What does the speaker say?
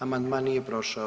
Amandman nije prošao.